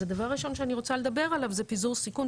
אז הדבר הראשון שאני רוצה לדבר עליו זה פיזור סיכון,